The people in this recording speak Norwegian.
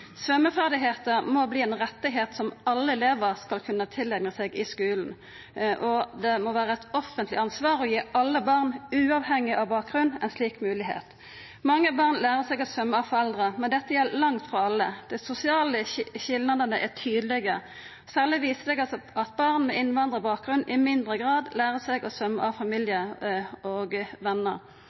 må verta ein rett – alle elevar skal kunna tileigna seg slike ferdigheiter i skulen. Det må vera eit offentleg ansvar å gi alle barn, uavhengig av bakgrunn, ei slik moglegheit. Mange barn lærer seg å svømma av foreldre, men dette gjeld langt frå alle. Dei sosiale skilnadene er tydelege. Særleg viser det seg at barn med innvandrarbakgrunn i mindre grad lærer seg å svømma av familie og